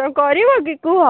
ତ କରିବ କି କୁହ